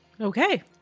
Okay